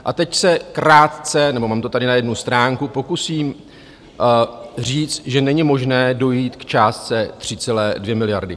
A teď se krátce, nebo mám to tady na jednu stránku, pokusím říct, že není možné dojít k částce 3,2 miliardy.